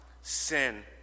sin